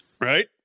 Right